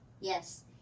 Yes